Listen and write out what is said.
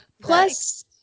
plus